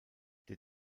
der